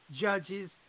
judges